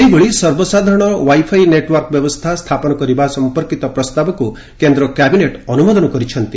ସେହିଭଳି ସର୍ବସାଧାରଣ wifi network ବ୍ୟବସ୍ଥା ସ୍ଥାପନ କରିବା ସମ୍ପର୍କୀତ ପ୍ରସ୍ତାବକୁ କେନ୍ଦ୍ର କ୍ୟାବିନେଟ୍ ଅନୁମୋଦନ କରିଛନ୍ତି